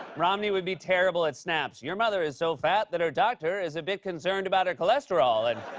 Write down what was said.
romney would be terrible at snaps. your mother is so fat that her doctor is a bit concerned about her cholesterol. and